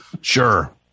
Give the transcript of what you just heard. sure